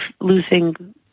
losing